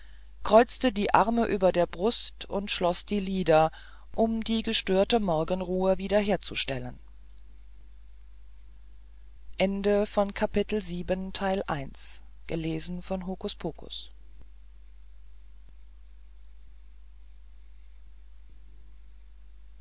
kreuzte die arme über der brust und schloß die lider um die gestörte morgenruhe wiederherzustellen